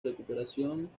recuperación